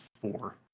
four